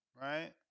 right